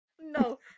No